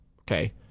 Okay